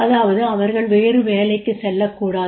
அதாவது அவர்கள் வேறு வேலைக்கு செல்லக்கூடாது